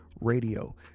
radio